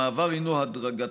המעבר הוא הדרגתי,